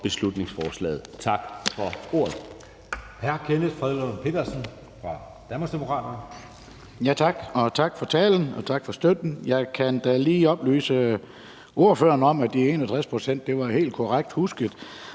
beslutningsforslaget. Tak for ordet.